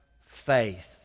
faith